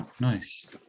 Nice